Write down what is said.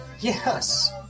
Yes